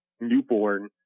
newborn